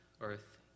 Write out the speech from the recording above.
earth